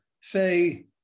say